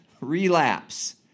relapse